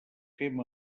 fem